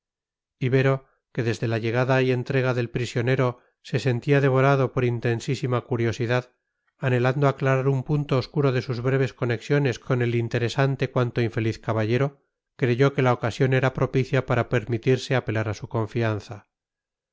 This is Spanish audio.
quitaba ibero que desde la llegada y entrega del prisionero se sentía devorado por intensísima curiosidad anhelando aclarar un punto obscuro de sus breves conexiones con el interesante cuanto infeliz caballero creyó que la ocasión era propicia para permitirse apelar a su confianza